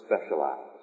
specialized